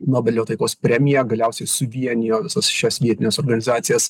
nobelio taikos premiją galiausiai suvienijo visas šias vietines organizacijas